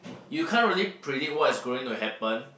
you can't really predict what is going to happen